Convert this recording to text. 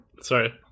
Sorry